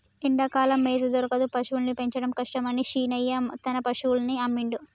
ఎండాకాలం మేత దొరకదు పశువుల్ని పెంచడం కష్టమని శీనయ్య తన పశువుల్ని అమ్మిండు